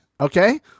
Okay